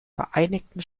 vereinigten